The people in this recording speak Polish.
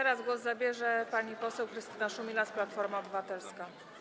Teraz głos zabierze pani poseł Krystyna Szumilas, Platforma Obywatelska.